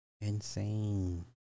insane